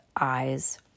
eyes